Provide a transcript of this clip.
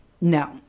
No